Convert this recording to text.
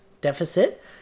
deficit